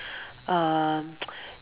uh